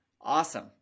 Awesome